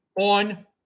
on